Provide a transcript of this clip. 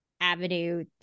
avenue